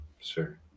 Sure